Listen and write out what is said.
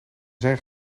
zijn